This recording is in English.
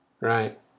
Right